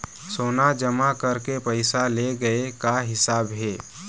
सोना जमा करके पैसा ले गए का हिसाब हे?